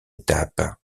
étape